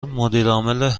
مدیرعامل